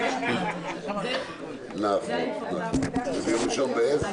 חוזר לתפקידי כיושב-ראש ועדת הכנסת לרגע,